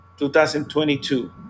2022